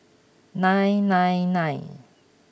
nine nine nine